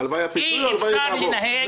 הלוואי הפיצוי או הלוואי והיא תעבור?